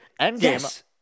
Endgame